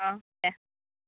अ दे